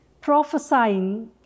Prophesying